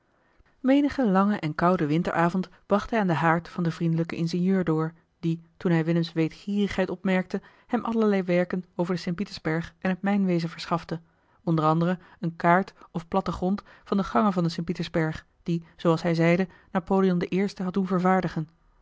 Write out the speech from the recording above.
menigen langen en kouden winteravond bracht hij aan den haard van den vriendelijken ingenieur door die toen hij willems weetgierigheid opmerkte hem allerlei werken over den st pietersberg en het mijnwezen verschafte o a eene kaart of platten grond van de gangen van den st pietersberg die zooals hij zeide napoleon i had doen vervaardigen